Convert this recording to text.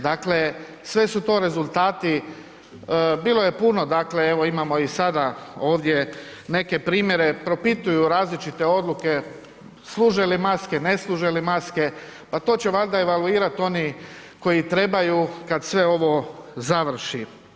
Dakle, su to rezultati, bilo je puno dakle evo imamo i sada ovdje neke primjere, propituju različite odluke, služe li maske, ne služe li maske, pa to će valjda evaluirati oni koji trebaju kad sve ovo završi.